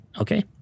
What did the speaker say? Okay